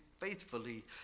faithfully